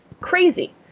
Crazy